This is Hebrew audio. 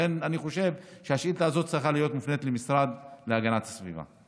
לכן אני חושב שהשאילתה הזאת צריכה להיות מופנית למשרד להגנת הסביבה.